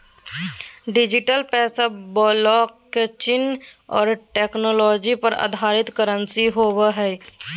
digital पैसा blockchain और technology पर आधारित करंसी होवो हइ